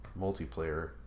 multiplayer